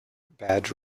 badge